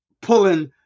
pulling